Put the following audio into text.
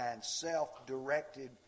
self-directed